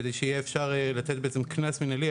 כדי שיהיה אפשר לתת בעצם קנס מנהלי.